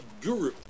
guru